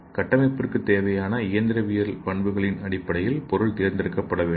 கட்டமைப்பிற்கு தேவையான இயந்திர பண்புகளின் அடிப்படையில் பொருள் தேர்ந்தெடுக்கப்பட வேண்டும்